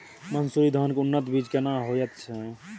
मन्सूरी धान के उन्नत बीज केना होयत छै?